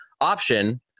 option